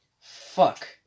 Fuck